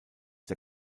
der